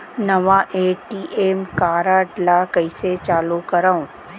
नवा ATM card ल कइसे चालू करव?